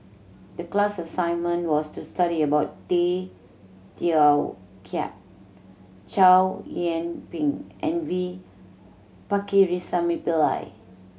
the class assignment was to study about Tay Teow Kiat Chow Yian Ping and V Pakirisamy Pillai